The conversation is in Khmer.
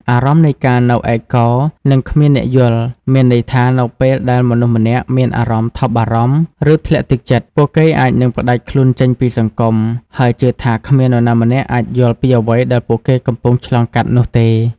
អារម្មណ៍នៃការនៅឯកោ និងគ្មានអ្នកយល់ មានន័យថានៅពេលដែលមនុស្សម្នាក់មានអារម្មណ៍ថប់បារម្ភ ឬធ្លាក់ទឹកចិត្ត ពួកគេអាចនឹងផ្តាច់ខ្លួនចេញពីសង្គម ហើយជឿថាគ្មាននរណាម្នាក់អាចយល់ពីអ្វីដែលពួកគេកំពុងឆ្លងកាត់នោះទេ។